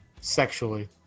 Sexually